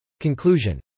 Conclusion